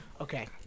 okay